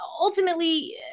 Ultimately